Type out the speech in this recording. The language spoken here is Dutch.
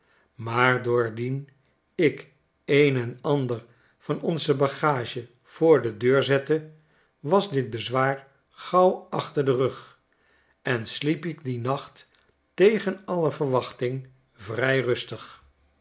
maar doordien ik een en ander van onze bagage voor de deur zette was dit bezwaar gauw achter den rug en sliep ik dien nacht tegen alle verwachting vrij rustig